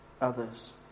others